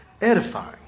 edifying